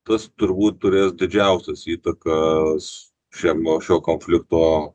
tas turbūt turės didžiausias įtakas šiem nuo šio konflikto